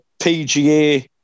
PGA